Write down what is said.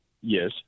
Yes